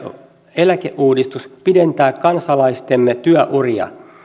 eläkeuudistus pidentää kansalaistemme työuria